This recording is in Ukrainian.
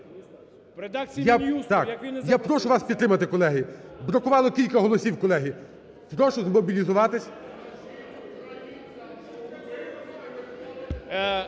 Я прошу вас підтримати, колеги. Бракувало кілька голосів, колеги. Прошу змобілізуватись.